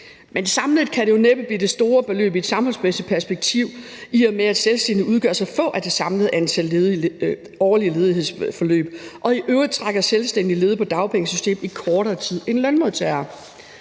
Men samlet set kan det jo næppe blive det store beløb i et samfundsmæssigt perspektiv, i og med at selvstændige udgør så få af det samlede antal årlige ledighedsforløb, og i øvrigt trækker selvstændige ledige på dagpengesystemet i kortere tid end lønmodtagere.